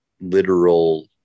literal